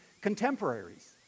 contemporaries